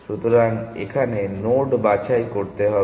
সুতরাং এখানে নোড বাছাই করতে হবে